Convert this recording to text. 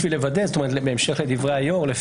בהמשך לדברי היו"ר,